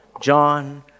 John